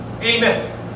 Amen